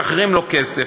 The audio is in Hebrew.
משחררים לו כסף.